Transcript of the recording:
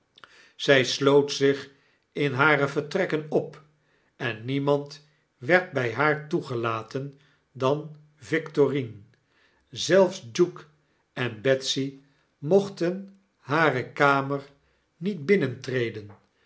zy sloot zich in harevertrekkenopenniemand werd by haar toegelaten dan victorine zelfs duke en betsy mochten hare kamer niet binnentreden